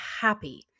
happy